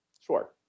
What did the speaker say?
Sure